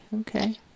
okay